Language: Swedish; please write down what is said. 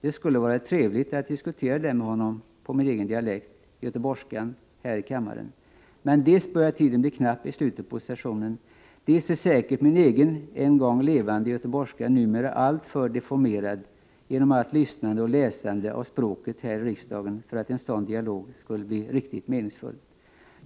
Det skulle ha varit trevligt att med Björn Samuelson här i kammaren diskutera denna motion på min egen dialekt, göteborgskan, men dels börjar tiden bli knapp i slutet av sessionen, dels är säkert min egen en gång levande göteborgska numera alltför deformerad genom allt lyssnande till och läsande av språket här i riksdagen för att en sådan dialog skulle bli riktigt meningsfull.